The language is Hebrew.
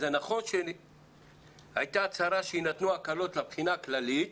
זה נכון שהייתה הצהרה שיינתנו הקלות לבחינה הכללית,